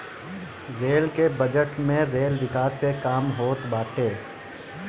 rail के budget में rail विकास के काम होत बाटे